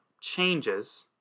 changes